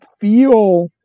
feel